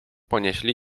ponieśli